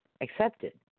accepted